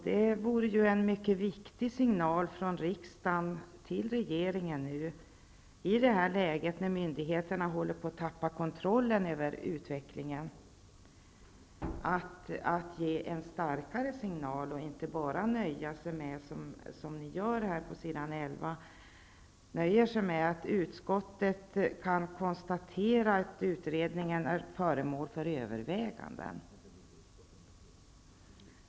Det vore mycket viktigt om riksdagen, i det här läget, när myndigheterna håller på att tappa kontrollen över utvecklingen, kunde ge regeringen en starkare signal och inte bara som utskottet på s. 11 i betänkandet nöja sig med att konstatera att utredningen är föremål för övervägande.